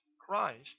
Christ